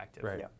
Right